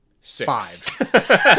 five